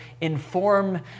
inform